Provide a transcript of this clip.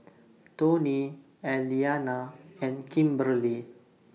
Toney Elianna and Kimberli